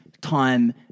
time